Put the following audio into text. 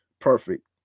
perfect